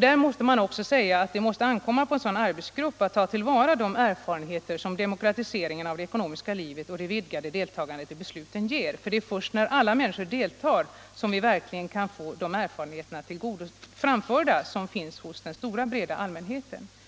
Det måste framhållas att det skall ankomma på en sådan arbetsgrupp att ta till vara de erfarenheter som demokratiseringen av det ekonomiska livet och det vidgade deltagandet i besluten ger. För det är först när den stora kunskap tas till vara som finns hos alla medborgare i det svenska samhället som en social styrning av såväl produktion som konsumtion efter människornas verkliga behov sker.